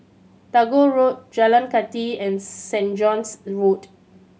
Tagore Road Jalan Kathi and St John's Road